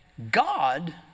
God